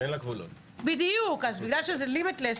אז בגלל שזה לימיטלס,